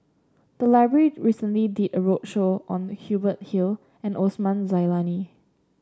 the library recently did a roadshow on Hubert Hill and Osman Zailani